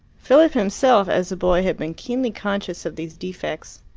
philip himself, as a boy, had been keenly conscious of these defects.